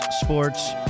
Sports